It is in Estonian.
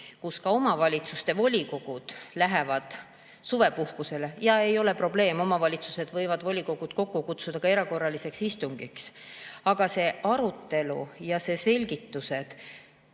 kui ka omavalitsuste volikogud lähevad suvepuhkusele. Ei ole probleem, omavalitsused võivad volikogud kokku kutsuda erakorraliseks istungiks, aga see arutelu ja selgitused